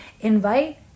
invite